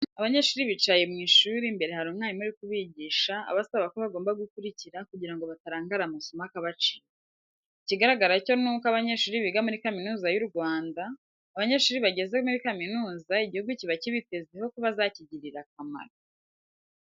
Abanyeshuri bicaye mu ishuri imbere hari umwarimu uri kubigisha, abasaba ko bagomba gukurikira kugira ngo batarangara amasomo akabacika. Ikigaragara cyo ni uko aba banyeshuri biga muri kaminuza y'u Rwanda, abanyeshuri bageze muri kaminuza igihugu kiba kibitezeho ko bazakigirira akamaro.